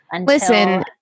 Listen